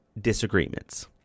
disagreements